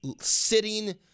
sitting